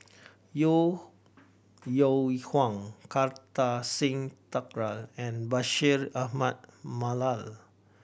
Yeo Yeow Kwang Kartar Singh Thakral and Bashir Ahmad Mallal